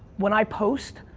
when i post,